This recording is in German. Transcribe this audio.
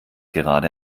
gerade